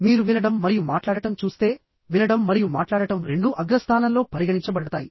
మీరు వినడం మరియు మాట్లాడటం చూస్తే వినడం మరియు మాట్లాడటం రెండూ అగ్రస్థానంలో పరిగణించబడతాయి